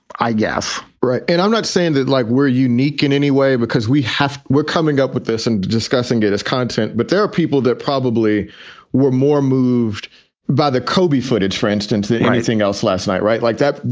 i guess. right and i'm not saying that like we're unique in any way, because we have we're coming up with this and discussing it as content. but there are people that probably were more moved by the kobe footage, for instance, than and anything else last night. right. like that.